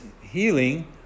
healing